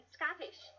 Scottish